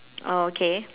oh okay